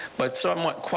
but somewhat